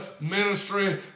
ministry